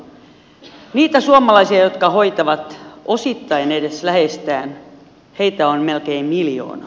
niitä suomalaisia jotka hoitavat edes osittain läheistään on melkein miljoona